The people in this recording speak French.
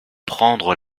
prendre